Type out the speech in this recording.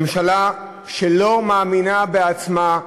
ממשלה שלא מאמינה בעצמה,